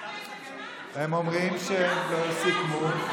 הם אומרים שהם סיכמו.